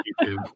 YouTube